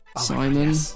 Simon